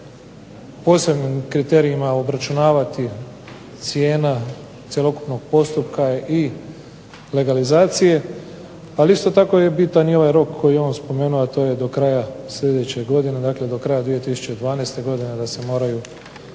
se posebnim kriterijima obračunavati cijena cjelokupnog postupka i legalizacije. Ali isto tako je bitan i ovaj rok koji je on spomenuo, a to je do kraja sljedeće godine. Dakle, do kraja 2012. godine da se moraju